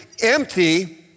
empty